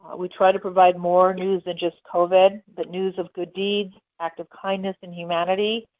we try to provide more news than just covid. but news of good deeds, acts of kindness and humanity.